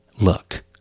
Look